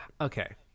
okay